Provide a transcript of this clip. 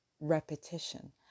repetition